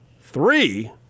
three